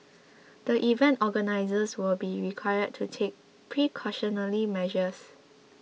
the event organisers will be required to take precautionary measures